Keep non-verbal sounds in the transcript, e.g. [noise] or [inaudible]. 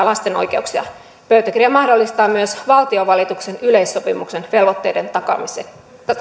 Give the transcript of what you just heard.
[unintelligible] lasten oikeuksia pöytäkirja mahdollistaa myös valtiovalituksen yleissopimuksen velvoitteiden takaamiseksi